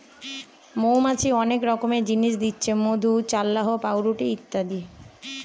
মৌমাছি অনেক রকমের জিনিস দিচ্ছে মধু, চাল্লাহ, পাউরুটি ইত্যাদি